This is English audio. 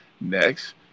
next